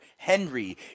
Henry